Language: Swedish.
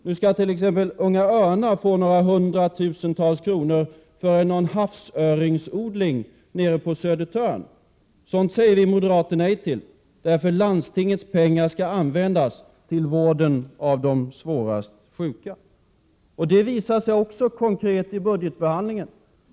Nu skall t.ex. Unga örnar få några hundratusentals kronor att investera i en havsöringsodling nere på Södertörn. Sådant säger vi moderater nej till. Landstingets pengar skall användas till vården av de svårast sjuka. Det visar sig också konkret i budgetbehandlingen.